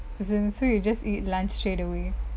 as in so you just eat lunch straightaway